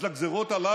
אז לגזרות הללו